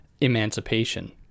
emancipation